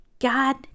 God